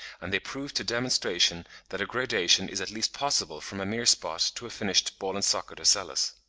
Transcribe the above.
and they prove to demonstration that a gradation is at least possible from a mere spot to a finished ball-and-socket ocellus.